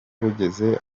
bugeze